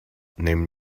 named